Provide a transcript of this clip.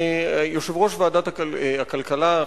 יושב-ראש ועדת הכלכלה,